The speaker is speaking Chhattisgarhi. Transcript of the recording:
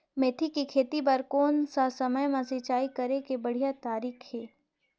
मेथी के खेती बार कोन सा समय मां सिंचाई करे के बढ़िया तारीक हे?